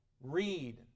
read